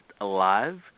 alive